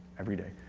every day.